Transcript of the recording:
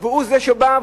והוא זה שבא,